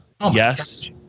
yes